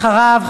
אחריו,